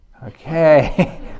Okay